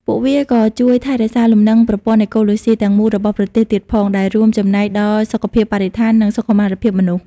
ពួកវាក៏ជួយថែរក្សាលំនឹងប្រព័ន្ធអេកូឡូស៊ីទាំងមូលរបស់ប្រទេសទៀតផង ដែលរួមចំណែកដល់សុខភាពបរិស្ថាន និងសុខុមាលភាពមនុស្ស។